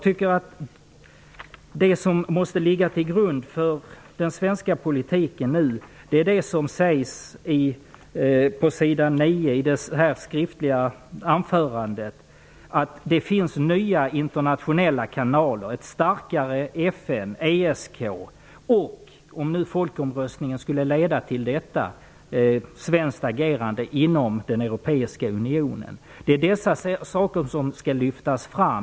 Det som nu måste ligga till grund för den svenska politiken är det som sägs på s. 9 i detta skriftliga svar, nämligen att det finns nya internationella kanaler, ett starkare FN och ESK och ett svenskt agerande inom den europeiska unionen, om folkomröstningen skulle leda till ett medlemskap. Detta skall lyftas fram.